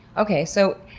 okay so,